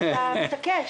אבל אתה מתעקש.